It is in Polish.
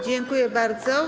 Dziękuję bardzo.